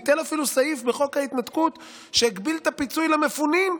הוא ביטל אפילו סעיף בחוק ההתנתקות שהגביל את הפיצוי למפונים.